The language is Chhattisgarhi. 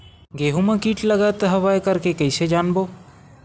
गेहूं म कीट लगत हवय करके कइसे जानबो?